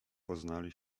poznali